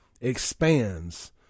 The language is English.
expands